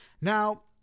Now